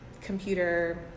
computer